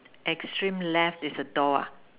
extreme left is a door ah